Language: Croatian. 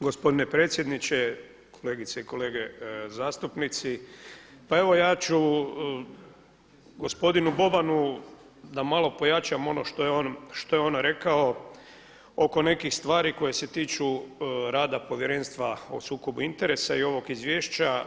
Gospodine predsjedniče, kolegice i kolege zastupnici pa evo ja ću gospodinu Bobanu da malo pojačam ono što je on rekao oko nekih stvari koje se tiču rada Povjerenstva o sukobu interesa i ovog izvješća.